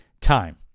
time